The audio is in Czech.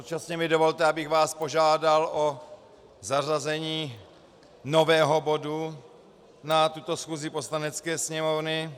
Současně mi dovolte, abych vás požádal o zařazení nového bodu na tuto schůzi Poslanecké sněmovny.